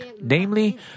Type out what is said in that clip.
Namely